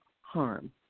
harm